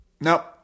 Nope